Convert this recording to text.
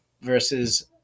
versus